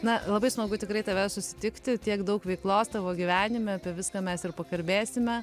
na labai smagu tikrai tave susitikti tiek daug veiklos tavo gyvenime apie viską mes ir pakalbėsime